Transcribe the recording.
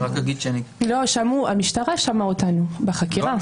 המשטרה שמעה אותנו בחקירה.